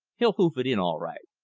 he'll hoof it in all right.